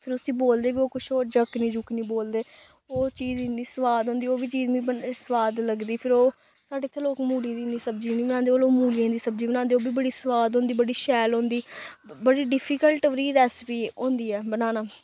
फिर उस्सी बोलदे बी ओह् कुछ हर जखनी जूखनी बोलदे ओह् चीज इन्नी सोआद होंदी ओह् चीज बी मी सोआद लगदी फिर ओह् साढ़े इत्थै लोक मूली दी इन्नी सब्जी निं बनांदे ओह् लोग मूलियें दी सब्जी बनांदे ओह् बी बड़ी सोआद होंदी बड़ी शैल होंदी बड़ी डिफीकल्ट ओह्दी रैसपी होंदी ऐ बनाना